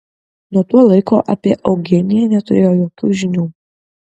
nuo to laiko apie eugeniją neturėjo jokių žinių